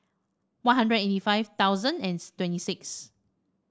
One Hundred eighty five thousand and twenty six